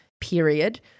period